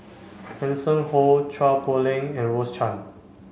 Hanson Ho Chua Poh Leng and Rose Chan